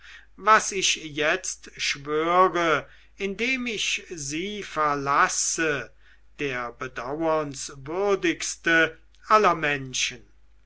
was ich jetzt schwöre indem ich sie verlasse der bedauernswürdigste aller menschen